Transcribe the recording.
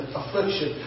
affliction